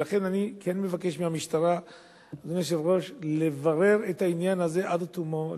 לכן אני כן מבקש מהמשטרה לברר את העניין הזה עד תומו,